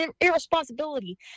irresponsibility